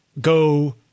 go